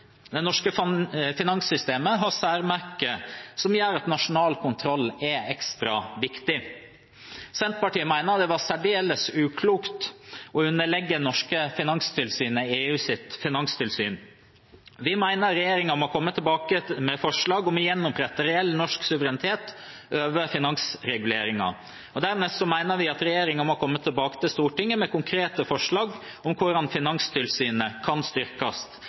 Det norske finanssystemet har særmerker som gjør at nasjonal kontroll er ekstra viktig. Senterpartiet mener det var særdeles uklokt å underlegge det norske finanstilsynet EUs finanstilsyn. Vi mener regjeringen må komme tilbake med forslag om å gjenopprette reell norsk suverenitet over finansreguleringen. Dernest mener vi at regjeringen må komme til Stortinget med konkrete forslag om hvordan Finanstilsynet kan styrkes.